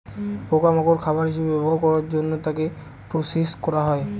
পোকা মাকড় খাবার হিসেবে ব্যবহার করার জন্য তাকে প্রসেস করা হয়